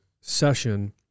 session